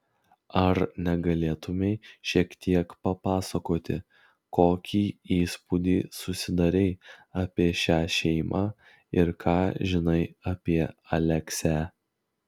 ar negalėtumei šiek tiek papasakoti kokį įspūdį susidarei apie šią šeimą ir ką žinai apie aleksę